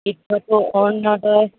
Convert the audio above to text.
বৃদ্ধটো Orunodoi